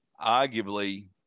arguably